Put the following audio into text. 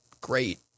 great